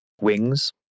Wings